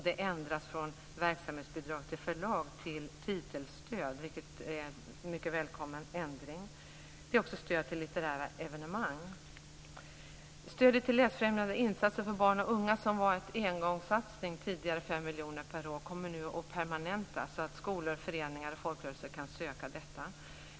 Det ändras från verksamhetsbidrag till förlag till titelstöd, vilket är en mycket välkommen ändring. Det är också stöd till litterära evenemang. Stödet till läsfrämjande insatser för barn och unga, en engångssatsning på 5 miljoner per år, kommer nu att permanentas, så att skolor, föreningar och folkrörelser kan söka det.